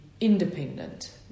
independent